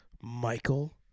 Michael